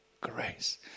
grace